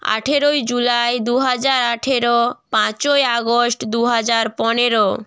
আঠেরোই জুলাই দু হাজার আঠেরো পাঁচই আগস্ট দু হাজার পনেরো